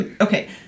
okay